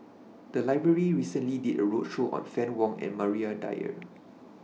The Library recently did A roadshow on Fann Wong and Maria Dyer